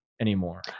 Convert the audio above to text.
anymore